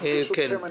ברשותכם,